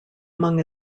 among